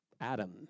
Adam